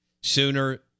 sooner